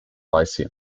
lyceum